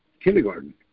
kindergarten